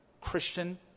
Christian